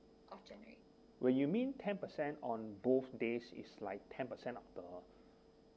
where you mean ten per cent on both days is like ten percent of the